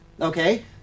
Okay